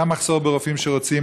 גם מחסור ברופאים שרוצים